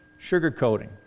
sugarcoating